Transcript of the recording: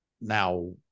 Now